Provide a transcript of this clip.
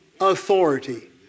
authority